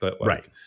Right